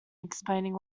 explaining